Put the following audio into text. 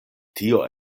tio